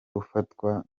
ufatwa